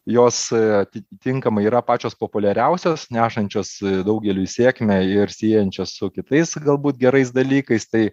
jos atitinkamai yra pačios populiariausios nešančios daugeliui sėkmę ir siejančios su kitais galbūt gerais dalykais tai